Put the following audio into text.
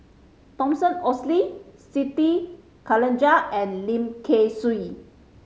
Thomas Oxley Siti Khalijah and Lim Kay Siu